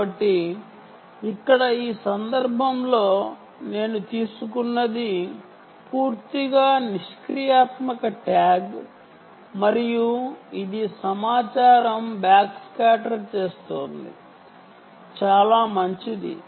కాబట్టి ఇక్కడ ఈ సందర్భంలో నేను తీసుకున్నది పూర్తిగా పాసివ్ ట్యాగ్ మరియు ఇది సమాచారం బ్యాక్ స్కాటర్ చేస్తోంది చాలా మంచిది